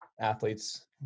athletes